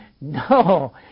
no